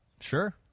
sure